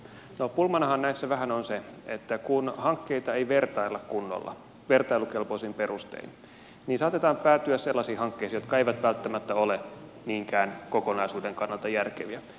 no pulmanahan näissä vähän on se että kun hankkeita ei vertailla kunnolla vertailukelpoisin perustein niin saatetaan päätyä sellaisiin hankkeisiin jotka eivät välttämättä ole niinkään kokonaisuuden kannalta järkeviä